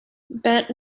bent